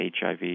HIV